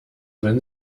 wenn